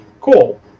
cool